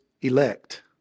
elect